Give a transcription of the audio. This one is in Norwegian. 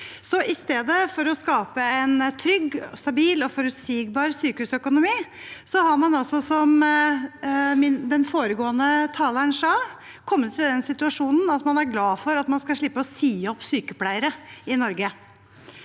I stedet for å skape en trygg, stabil og forutsigbar sykehusøkonomi har man altså – som den foregående taleren sa – kommet i den situasjonen at man er glad for at man skal slippe å si opp sykepleiere i Norge.